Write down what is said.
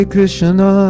Krishna